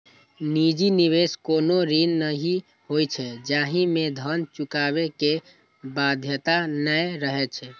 निजी निवेश कोनो ऋण नहि होइ छै, जाहि मे धन चुकाबै के बाध्यता नै रहै छै